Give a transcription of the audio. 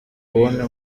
kubona